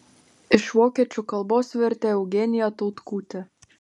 iš vokiečių kalbos vertė eugenija tautkutė